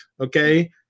okay